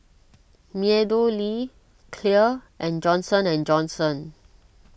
MeadowLea Clear and Johnson and Johnson